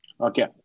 Okay